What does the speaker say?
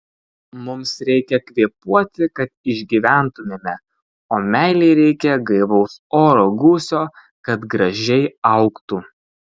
mums reikia kvėpuoti kad išgyventumėme o meilei reikia gaivaus oro gūsio kad gražiai augtų